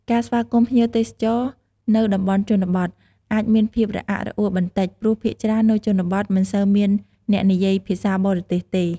ការស្វាគមន៍ភ្ញៀវទេសចរណ៍នៅតំបន់ជនបទ អាចមានភាពរអាក់រអួលបន្តិចព្រោះភាគច្រើននៅជនបទ មិនសូវមានអ្នកនិយាយភាសាបរទេសទេ។